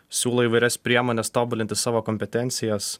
siūlo įvairias priemones tobulinti savo kompetencijas